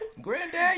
Granddad